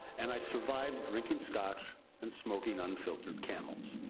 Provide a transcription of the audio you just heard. and i survived drinking scotch and smoking unfiltered camels.